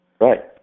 Right